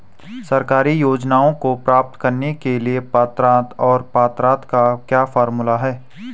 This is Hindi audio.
सरकारी योजनाओं को प्राप्त करने के लिए पात्रता और पात्रता का क्या फार्मूला है?